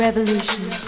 Revolution